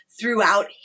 throughout